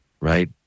right